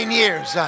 years